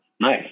Nice